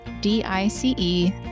D-I-C-E